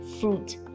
fruit